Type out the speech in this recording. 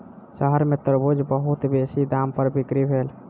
शहर में तरबूज बहुत बेसी दाम पर बिक्री भेल